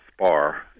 spar